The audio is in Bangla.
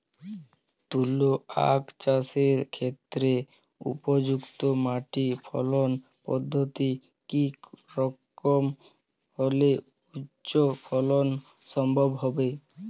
তুলো আঁখ চাষের ক্ষেত্রে উপযুক্ত মাটি ফলন পদ্ধতি কী রকম হলে উচ্চ ফলন সম্ভব হবে?